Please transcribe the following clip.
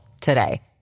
today